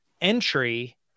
entry